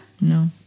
No